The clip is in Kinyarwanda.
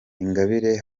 ingabire